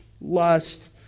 lust